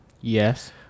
Yes